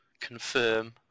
confirm